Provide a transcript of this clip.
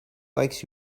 likes